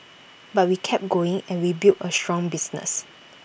but we kept going and we built A strong business